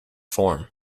form